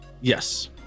Yes